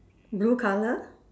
blue colour